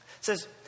says